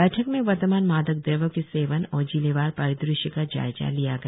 बैठक में वर्तमान मादक द्रव्यों के सेवन और जिलेवार परिदृश्य का जायजा लिया गया